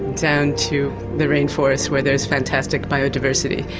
down to the rainforest, where there is fantastic biodiversity.